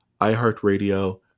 iheartradio